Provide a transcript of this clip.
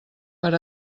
per